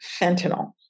fentanyl